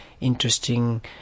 interesting